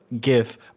gif